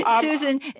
Susan